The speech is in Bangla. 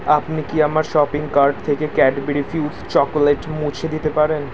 আপনি কি আমার শপিং কার্ট থেকে ক্যাডবেরি ফিউস চকোলেট মুছে দিতে পারেন